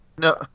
No